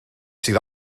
sydd